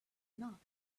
not